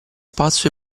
pazzo